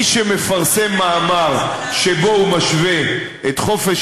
מי שמפרסם מאמר שבו הוא משווה את חופש